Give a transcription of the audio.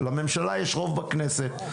לממשלה יש רוב בכנסת,